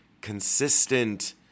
consistent